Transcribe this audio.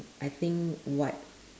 I think what